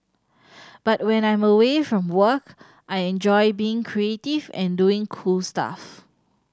but when I'm away from work I enjoy being creative and doing cool stuff